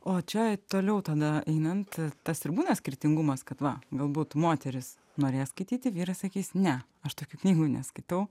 o čia toliau tada einant tas ir būna skirtingumas kad va galbūt moteris norės skaityti vyras sakys ne aš tokių knygų neskaitau